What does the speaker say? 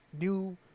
new